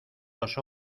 los